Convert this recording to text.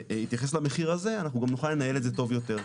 בהתייחס למחיר הזה אנחנו גם נוכל לנהל את זה טוב יותר,